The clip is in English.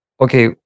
Okay